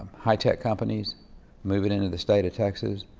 high tech companies moving into the state of texas,